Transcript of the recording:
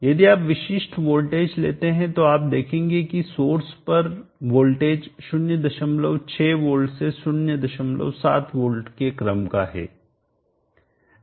यदि आप विशिष्ट वोल्टेज लेते हैं तो आप देखेंगे कि सोर्स पर वोल्टेज 06 वोल्ट से 07 वोल्ट के क्रम का है